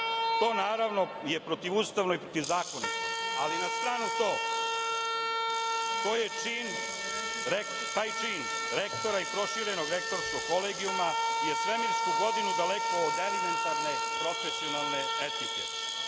To je naravno protivustavno i protivzakonito, ali na stranu to, taj čin rektora i proširenog Rektorskog kolegijuma je svemirsku godinu daleko od elementarne, profesionalne etike. Kao